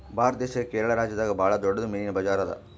ಭಾರತ್ ದೇಶದಾಗೆ ಕೇರಳ ರಾಜ್ಯದಾಗ್ ಭಾಳ್ ದೊಡ್ಡದ್ ಮೀನಿನ್ ಬಜಾರ್ ಅದಾ